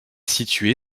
située